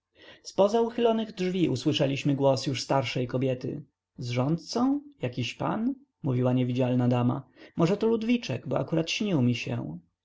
zpoza uchylonych drzwi usłyszeliśmy głos już starszej kobiety z rządcą jakiś pan mówiła niewidzialna dama może to ludwiczek bo akurat śnił mi się